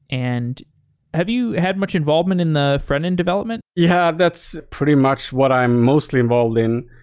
and have you had much involvement in the frontend development? yeah, that's pretty much what i'm mostly involve din,